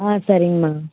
ஆ சரிங்கமா